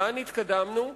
לאן התקדמנו?